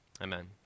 Amen